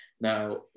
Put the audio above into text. Now